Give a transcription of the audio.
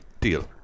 deal